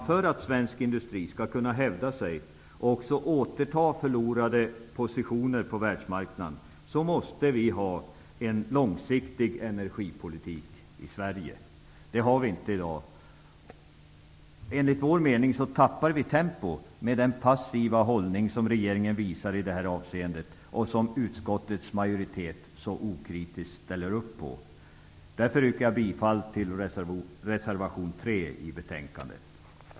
För att svensk industri skall kunna hävda sig och också återta förlorade positioner på världsmarknaden måste det finnas en långsiktig energipolitik i Sverige. Det finns inte i dag. Enligt vår mening tappar Sverige i tempo med den passiva hållning som regeringen visar i det här avseendet och som utskottets majoritet så okritiskt ställer upp på. Därför yrkar jag bifall till reservation 3 som är fogad till betänkandet.